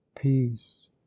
peace